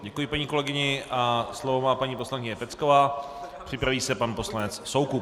Děkuji paní kolegyni a slovo má paní poslankyně Pecková, připraví se pan poslanec Soukup.